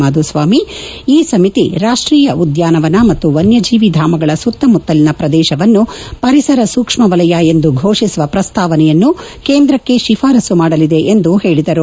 ಮಾಧುಸ್ವಾಮಿ ಈ ಸಮಿತಿ ರಾಷ್ಷೀಯ ಉದ್ಯಾನವನ ಮತ್ತು ವನ್ನಜೀವಿಧಾಮಗಳ ಸುತ್ತಮುತ್ತಲಿನ ಶ್ರದೇಶವನ್ನು ಪರಿಸರ ಸೂಕ್ಷ್ಮ ವಲಯ ಎಂದು ಘೋಷಿಸುವ ಪ್ರಸ್ತಾವನೆಯನ್ನು ಕೇಂದ್ರಕ್ಷ ತಿಫಾರಸ್ತು ಮಾಡಲಿದೆ ಎಂದು ಹೇಳಿದರು